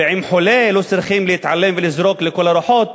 ומחולה לא צריכים להתעלם ולזרוק אותו לכל הרוחות,